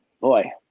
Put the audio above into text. Boy